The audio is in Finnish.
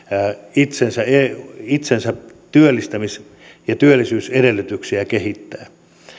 itsensä itsensä työllistämis ja työllisyysedellytyksiä kehittää